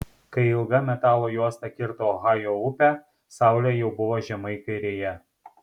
kai ilga metalo juosta kirto ohajo upę saulė jau buvo žemai kairėje